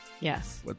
Yes